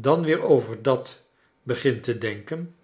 dan weer over dat begint te denken